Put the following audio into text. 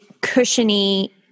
cushiony